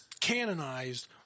canonized